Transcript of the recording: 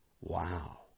Wow